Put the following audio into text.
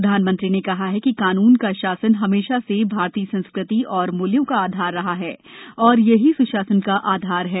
प्रधानमंत्री ने कहा कि कानून का शासन हमेशा से भारतीय संस्कृति और मूल्यों का आधार रहा है और यही स्शासन का आधार है